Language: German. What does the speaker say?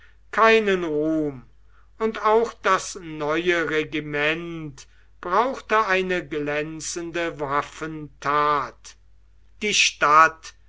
keinen ruhm und auch das neue regiment brauchte eine glänzende waffentat die stadt